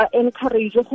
encourage